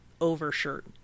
overshirt